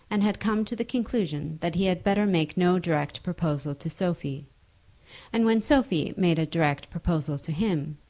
and had come to the conclusion that he had better make no direct proposal to sophie and when sophie made a direct proposal to him,